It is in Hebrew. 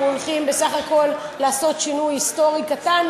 אנחנו הולכים בסך הכול לעשות שינוי היסטורי קטן